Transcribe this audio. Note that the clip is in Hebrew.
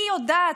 היא יודעת,